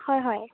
হয় হয়